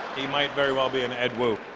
he might very well be an ed wu,